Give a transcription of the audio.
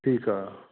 ਠੀਕ ਹੈ